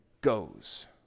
goes